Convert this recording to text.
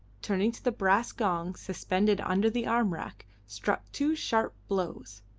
turning to the brass gong suspended under the arm-rack, struck two sharp blows.